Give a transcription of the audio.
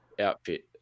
outfit